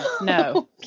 No